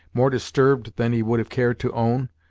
more disturbed than he would have cared to own,